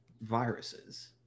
viruses